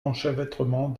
l’enchevêtrement